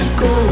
go